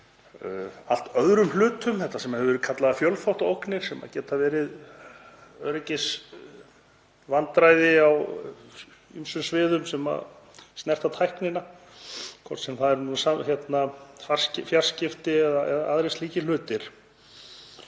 allt öðrum hlutum, þetta sem hefur verið kallað fjölþáttaógnir sem geta verið öryggisvandræði á ýmsum sviðum sem snerta tæknina, hvort sem það eru fjarskipti eða aðrir slíkir hlutir.